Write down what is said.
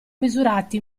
misurati